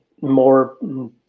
more